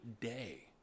day